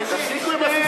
תפסיקו עם הססמאות האלה.